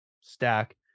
stack